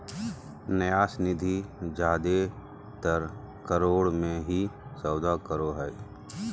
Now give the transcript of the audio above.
न्यास निधि जादेतर करोड़ मे ही सौदा करो हय